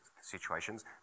situations